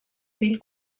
fill